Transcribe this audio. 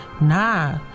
Nah